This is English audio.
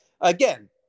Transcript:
Again